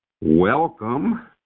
Welcome